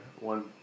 one